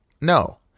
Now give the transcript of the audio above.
No